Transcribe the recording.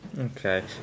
Okay